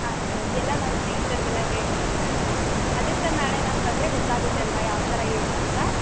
ಹಾಂ ಸರ್ ಎಲ್ಲ ನನ್ನ ಸ್ನೇಹಿತರಿಗೆಲ್ಲ ಹೇಳ್ತೀನಿ ನಾಳೆ ಅದೇ ಸರ್ ನಾಳೆ ನಾನು ಬಂದರೆ ಗೊತ್ತಾಗುತ್ತೆ ಅಲ್ವಾ ಯಾವ ಥರ ಏನು ಅಂತ